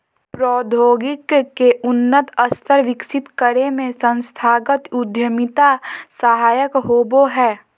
प्रौद्योगिकी के उन्नत स्तर विकसित करे में संस्थागत उद्यमिता सहायक होबो हय